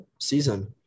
season